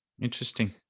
interesting